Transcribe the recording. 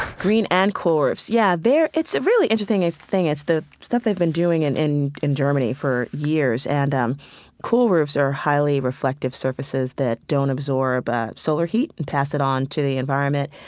green and cool roofs, yeah. they're, it's a really interesting thing. it's the stuff they've been doing and in in germany for years. and um cool roofs are highly reflective surfaces that don't absorb ah solar heat and pass it on to the environment.